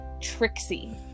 Trixie